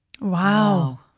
Wow